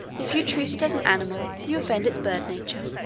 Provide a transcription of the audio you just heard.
if you treat it as an animal, you offend its bird nature,